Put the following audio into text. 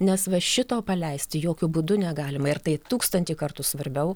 nes va šito paleisti jokiu būdu negalima ir tai tūkstantį kartų svarbiau